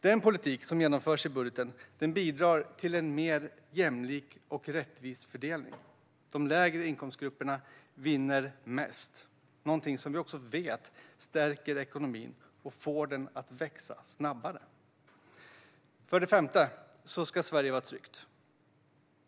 Den politik som genomförs i budgeten bidrar till en mer jämlik och rättvis fördelning. De lägre inkomstgrupperna vinner mest. Det är något som vi också vet stärker ekonomin och får den att växa snabbare. För det femte ska Sverige vara tryggt.